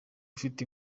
ufite